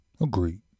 Agreed